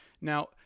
Now